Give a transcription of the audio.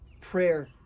prayer